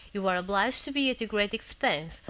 you are obliged to be at a great expense,